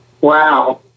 Wow